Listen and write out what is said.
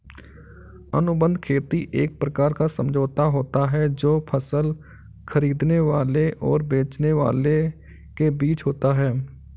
अनुबंध खेती एक प्रकार का समझौता होता है जो फसल खरीदने वाले और बेचने वाले के बीच होता है